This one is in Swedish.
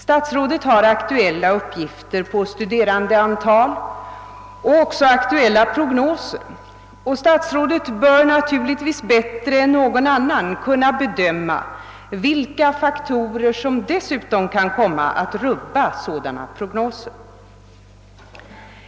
Statsrådet har aktuella uppgifter på studerandeantal och även aktuella prognoser, och han bör naturligtvis bättre än någon annan kunna bedöma vilka faktorer som dessutom kan komma att rubba sådana prognoser.